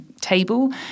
table